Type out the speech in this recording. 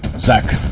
zack,